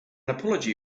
apology